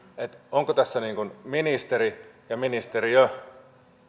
onko tässä ministeri ja ministeriö